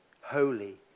holy